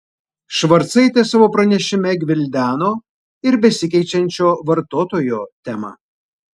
švarcaitė savo pranešime gvildeno ir besikeičiančio vartotojo temą